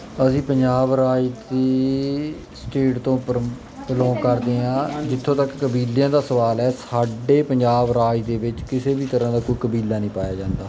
ਅਸੀਂ ਪੰਜਾਬ ਰਾਜ ਦੀ ਸਟੀਟ ਤੋਂ ਪਰਮ ਬਲੋਂਗ ਕਰਦੇ ਹਾਂ ਜਿੱਥੋਂ ਤੱਕ ਕਬੀਲਿਆਂ ਦਾ ਸਵਾਲ ਹੈ ਸਾਡੇ ਪੰਜਾਬ ਰਾਜ ਦੇ ਵਿੱਚ ਕਿਸੇ ਵੀ ਤਰ੍ਹਾਂ ਦਾ ਕੋਈ ਕਬੀਲਾ ਨਹੀਂ ਪਾਇਆ ਜਾਂਦਾ